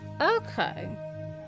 Okay